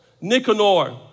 Nicanor